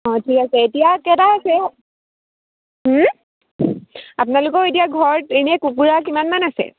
অঁ ঠিক আছে এতিয়া কেইটা আছে আপোনালোকৰ এতিয়া ঘৰত এনে কুকুৰা কিমানমান আছে